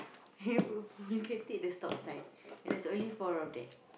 but we can take the stop sign and there's only four of that